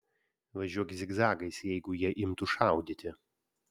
važiuok zigzagais jeigu jie imtų šaudyti